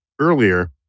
earlier